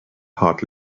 hart